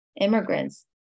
immigrants